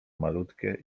malutkie